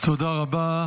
תודה רבה.